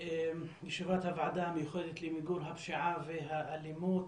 ישיבת הוועדה המיוחדת למיגור הפשיעה והאלימות,